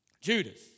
Judas